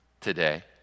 today